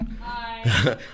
Hi